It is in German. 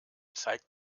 zeigt